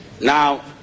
Now